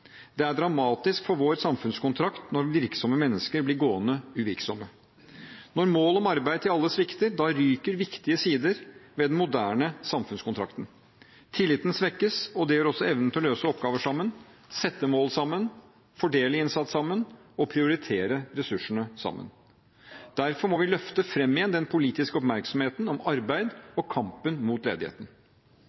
Det er dramatisk for vår samfunnskontrakt når virksomme mennesker blir gående uvirksomme. Når målet om arbeid til alle svikter, ryker viktige sider ved den moderne samfunnskontrakten. Tilliten svekkes, det gjør også evnen til å løse oppgaver sammen, sette mål sammen, fordele innsats sammen og prioritere ressursene sammen. Derfor må vi løfte fram igjen den politiske oppmerksomheten om arbeid og kampen mot ledigheten.